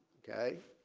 ok.